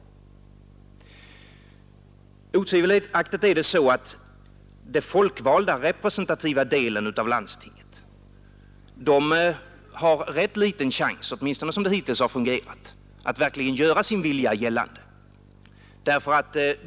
Otvivelaktigt är det så att den folkvalda representativa delen av landstinget har rätt liten chans — åtminstone som det hittills har fungerat — att verkligen göra sin vilja gällande.